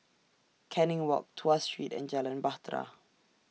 Canning Walk Tuas Street and Jalan Bahtera